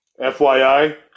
FYI